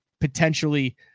potentially